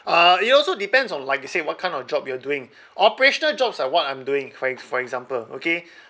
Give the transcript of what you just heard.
uh it also depends on like you said what kind of job you are doing operational jobs like what I'm doing for ex~ for example okay